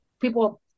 people